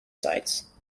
sites